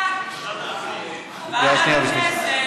בעד, 34,